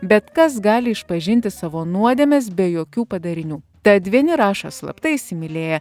bet kas gali išpažinti savo nuodėmes be jokių padarinių tad vieni rašo slapta įsimylėję